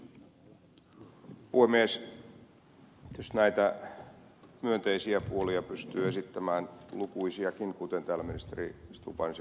myös näitä myönteisiä puolia pystyy esittämään lukuisiakin kuten täällä ministeri stubb ansiokkaasti teki